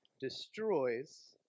destroys